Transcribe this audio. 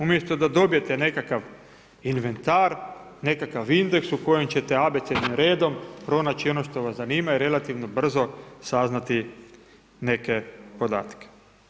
Umjesto da dobijete nekakav inventar, nekakav indeks u kojem ćete abecednim redom, pronaći ono što vas zanima i relativno brzo saznati neke podatke.